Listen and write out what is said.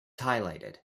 highlighted